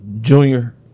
Junior